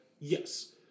Yes